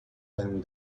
and